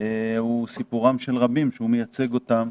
הוא סיפורם של רבים שהוא מייצג אותם,